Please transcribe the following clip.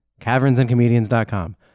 cavernsandcomedians.com